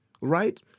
Right